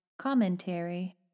commentary